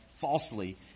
falsely